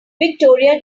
victoria